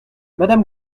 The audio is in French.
madame